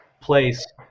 place